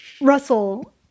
Russell